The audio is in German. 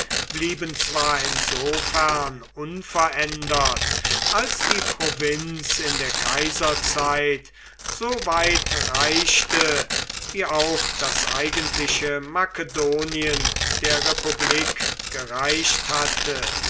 blieben zwar insofern unverändert als die provinz in der kaiserzeit so weit reichte wie auch das eigentliche makedonien der republik gereicht hatte